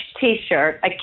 t-shirt